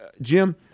Jim